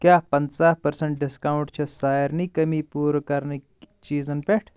کیٛاہ پنژاہ percent discount چھا سارنٕے کٔمی پوٗرٕ کرنٕکؠ چیٖزن پٮ۪ٹھ